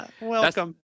Welcome